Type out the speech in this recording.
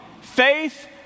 faith